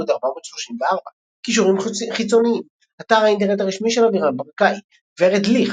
עמוד 434 קישורים חיצוניים אתר האינטרנט הרשמי של אבירם ברקאי ורד לי,